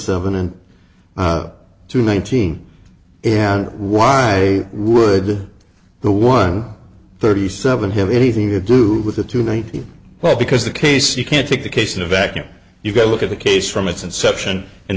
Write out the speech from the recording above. seven and two nineteen and why would the one thirty seven have anything to do with the two nineteen well because the case you can't take the case in a vacuum you've got to look at the case from its inception and